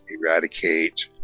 Eradicate